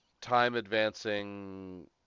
time-advancing